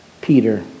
Peter